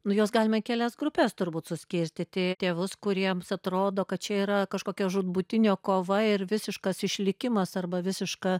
nu juos galima į kelias grupes turbūt suskirstyti tėvus kuriems atrodo kad čia yra kažkokia žūtbūtinė kova ir visiškas išlikimas arba visiška